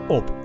op